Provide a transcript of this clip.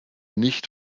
nicht